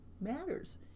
matters